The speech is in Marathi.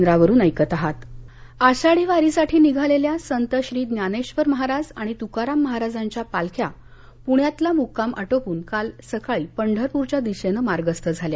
आषाढी वारी आषाढी वारीसाठी निघालेल्या संत ज्ञानेश्वर महाराज आणि तुकाराम महाराजांच्या पालख्या पुण्यातला मुक्काम आटोपून काल सकाळी पंढरपूरच्या दिशेनं मार्गस्थ झाल्या